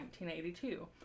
1982